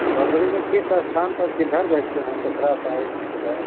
बबरी में किस स्थान पर किधर बैठते हैं पोखरा साइ़ड कि किधर